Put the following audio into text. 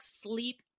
sleep